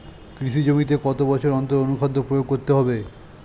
কৃষি জমিতে কত বছর অন্তর অনুখাদ্য প্রয়োগ করতে হবে?